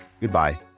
Goodbye